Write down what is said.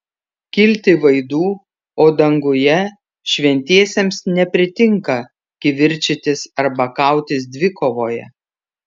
kilti vaidų o danguje šventiesiems nepritinka kivirčytis arba kautis dvikovoje